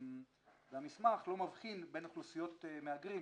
והמסמך לא מבחין בין אוכלוסיות מהגרים,